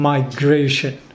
Migration